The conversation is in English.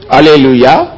Hallelujah